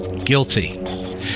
guilty